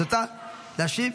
רוצה להשיב?